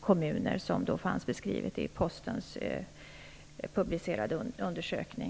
kommuner, vilket fanns beskrivet i Postens publicerade undersökning?